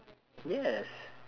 yes